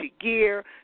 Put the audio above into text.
gear